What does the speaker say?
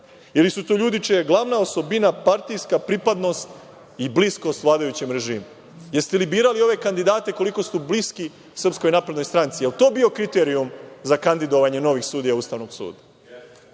ili su to ljudi čija je glavna osobina partijska pripadnost i bliskost vladajućem režimu? Jeste li birali ove kandidate koliko su bliski SNS? Jel vam to bio kriterijum za kandidovanje novih sudija Ustavnog suda? Bez